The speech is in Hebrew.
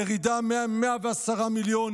ירידה מ-110 מיליון